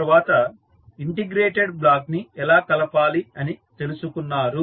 తర్వాత integrated block ని ఎలా కలపాలి అని తెలుసుకున్నారు